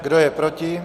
Kdo je proti?